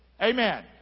Amen